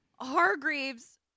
Hargreaves